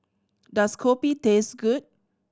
does kopi taste good